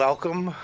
Welcome